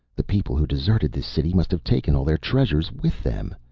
the people who deserted this city must have taken all their treasures with them.